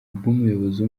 bw’umuyobozi